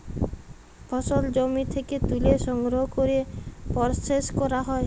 ফসল জমি থ্যাকে ত্যুলে সংগ্রহ ক্যরে পরসেস ক্যরা হ্যয়